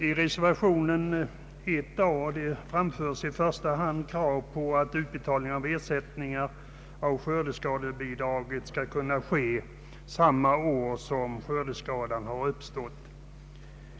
I reservationen 1 framföres i första hand krav på att utbetalningar av skördeskadeersättning skall kunna ske samma år som skördeskadan uppstått.